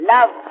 Love